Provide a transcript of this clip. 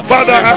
Father